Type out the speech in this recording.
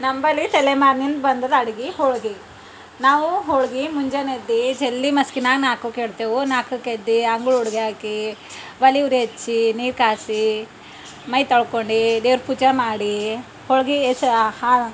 ನಂಬಳಿ ತಲೆಮಾರ್ನಿಂದ ಬಂದಿರೋ ಅಡುಗೆ ಹೋಳ್ಗೆ ನಾವು ಹೋಳ್ಗೆ ಮುಂಜಾನೆದ್ದು ಜಲ್ದಿ ಮಸ್ಕಿನಾಗ ನಾಲ್ಕಕ್ಕೇಳ್ತೇವೆ ನಾಲ್ಕಕ್ಕೆದ್ದು ಅಂಗಳ ಒಡಿಗ್ಯಾಕಿ ಒಲೆ ಉರಿ ಹಚ್ಚಿ ನೀರು ಕಾಯ್ಸಿ ಮೈತೊಳ್ಕೊಂಡು ದೇವ್ರ ಪೂಜೆ ಮಾಡಿ ಹೋಳ್ಗೆ ಹೆಸ್ರು ಹಾ